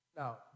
Now